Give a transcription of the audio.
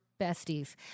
besties